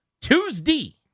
Tuesday